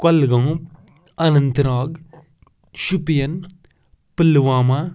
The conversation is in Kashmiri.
کۄلگوم اننت ناگ شُپیَن پُلوامہ